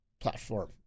platform